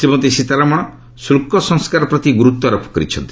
ଶ୍ରୀମତୀ ସୀତାରମଣ ଶୁଳ୍କ ସଂସ୍କାର ପ୍ରତି ଗୁରୁତ୍ୱାରୋପ କରିଛନ୍ତି